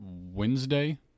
Wednesday